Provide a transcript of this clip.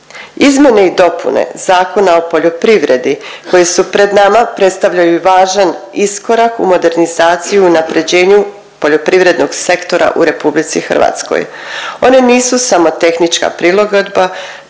izmjene i dopune Zakona o poljoprivredi koje su pred nama predstavljaju važan iskorak u modernizaciju i unaprjeđenju poljoprivrednog sektora u RH. One nisu samo tehnička prilagodba